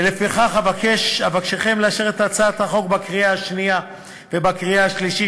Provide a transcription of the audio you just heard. ולפיכך אבקשכם לאשר אותה בקריאה שנייה ובקריאה שלישית,